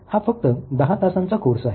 हा फक्त दहा तासांचा कोर्स आहे